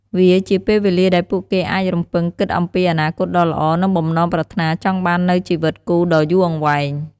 វាជាពេលវេលាដែលពួកគេអាចរំពឹងគិតអំពីអនាគតដ៏ល្អ និងបំណងប្រាថ្នាចង់បាននូវជីវិតគូដ៏យូរអង្វែង។